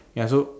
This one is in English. ya so